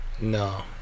No